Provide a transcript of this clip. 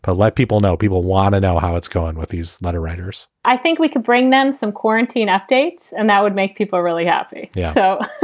but let people know people want to know how it's going with these letter writers i think we could bring them some quarantine updates and that would make people really happy. yeah so